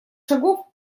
шагов